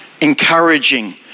encouraging